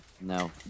No